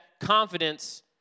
confidence